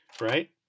right